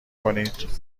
کنید